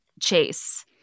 chase